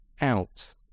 out